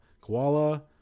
koala